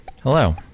hello